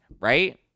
right